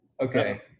Okay